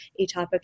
atopic